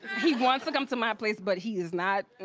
he wants to come to my place but he is not.